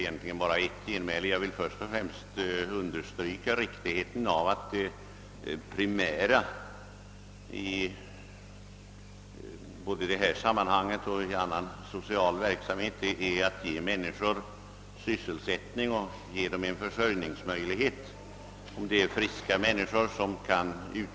Jag vill emellertid först understryka riktigheten av att det primära både i detta sammanhang och i annan social verksamhet är att människorna kan beredas sysselsättning och därigenom försörjningsmöjligheter.